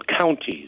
counties